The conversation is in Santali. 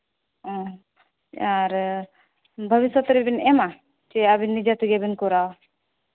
ᱦᱮᱸ ᱟᱨ ᱵᱷᱚᱵᱤᱥᱥᱚᱛ ᱨᱮᱵᱤᱱ ᱮᱢᱟ ᱥᱮ ᱟᱹᱵᱤᱱ ᱱᱤᱡᱮ ᱛᱮᱜᱮ ᱵᱤᱱ ᱠᱚᱨᱟᱣᱟ